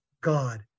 god